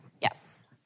Yes